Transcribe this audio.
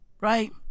Right